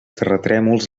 terratrèmols